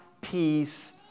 peace